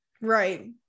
right